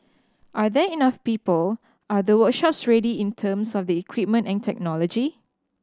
are there enough people are the workshops ready in terms of the equipment and technology